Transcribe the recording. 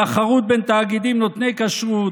תחרות בין תאגידים נותני כשרות,